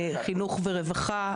חינוך ורווחה.